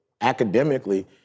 academically